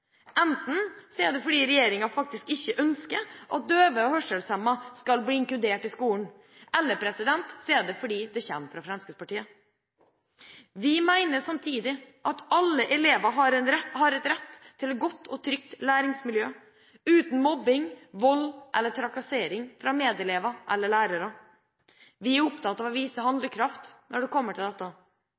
er det fordi regjeringa faktisk ikke ønsker at døve og hørselshemmede skal bli inkludert i skolen, eller så er det fordi forslaget kommer fra Fremskrittspartiet. Vi mener samtidig at alle elever har rett til et godt og trygt læringsmiljø uten vold, mobbing, vold eller trakassering fra medelever eller lærere. Vi er opptatt av å vise handlekraft når det gjelder dette.